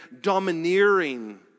domineering